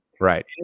right